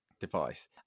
device